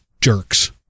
jerks